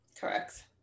Correct